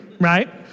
right